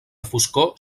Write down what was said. foscor